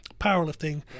powerlifting